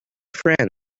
friend